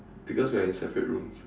because we are in separate rooms